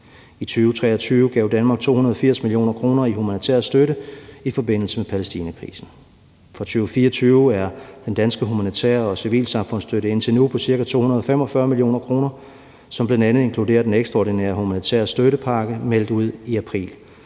I 2023 gav Danmark 280 mio. kr. i humanitær støtte i forbindelse med Palæstinakrisen. For 2024 er den danske humanitære støtte og civilsamfundsstøtte indtil nu på ca. 245 mio. kr., som bl.a. inkluderer den ekstraordinære humanitære støttepakke, der blev meldt ud i april,